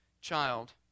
child